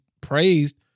praised